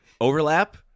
Overlap